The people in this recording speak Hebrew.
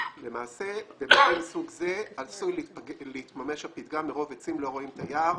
למעשה במקרה מסוג זה עשוי להתממש הפתגם: מרוב עצים לא רואים את היער.